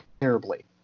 terribly